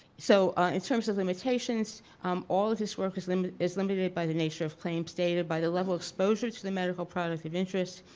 so in terms of limitations um all of this work is limited is limited by the nature of claims data by the level of exposure to the medical product of interest,